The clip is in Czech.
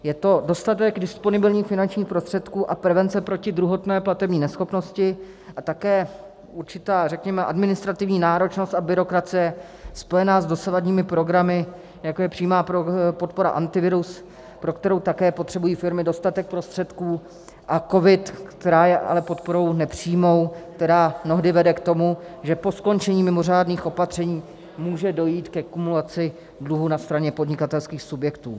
Je to dostatek disponibilních finančních prostředků a prevence proti druhotné platební neschopnosti a také určitá, řekněme, administrativní náročnost a byrokracie spojená s dosavadními programy, jako je přímá podpora Antivirus, pro kterou také potřebují firmy dostatek prostředků, a COVID, která je ale podporou nepřímou, která mnohdy vede k tomu, že po skončení mimořádných opatření může dojít ke kumulaci dluhu na straně podnikatelských subjektů.